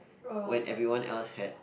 when everyone else had